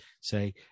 say